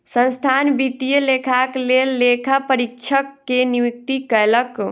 संस्थान वित्तीय लेखाक लेल लेखा परीक्षक के नियुक्ति कयलक